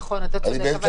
נכון, אתה צודק.